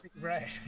Right